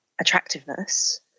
Attractiveness